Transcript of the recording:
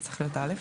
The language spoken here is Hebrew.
זה צריך להיות א'.